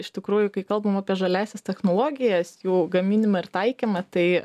iš tikrųjų kai kalbam apie žaliąsias technologijas jų gaminimą ir taikymą tai